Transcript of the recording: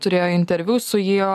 turėjo interviu su juo